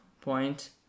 point